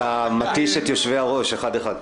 אתה מתיש את יושבי-הראש אחד-אחד.